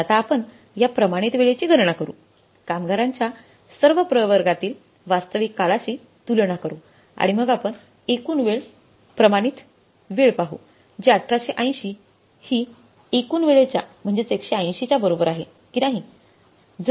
तर आता आपण या प्रमाणित वेळेची गणना करू कामगारांच्या सर्व प्रवर्गातील वास्तविक काळाशी तुलना करू आणि मग आपण एकूण वेळ प्रमाणित वेळ पाहू जी 1880 हि एकूण वेळेच्या म्हणजेच 180 च्या बरोबर आहे कि नाही